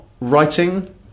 writing